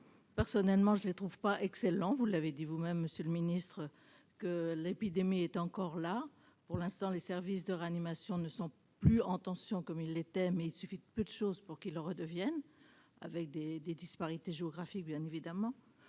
Personnellement, je ne les trouve pas excellents. Vous l'avez dit vous-même, monsieur le ministre, l'épidémie est toujours là. Actuellement, les services de réanimation ne sont plus en tension comme ils ont pu l'être, mais il suffirait de peu de choses pour qu'ils le redeviennent, avec bien sûr des disparités géographiques. On sait